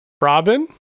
Robin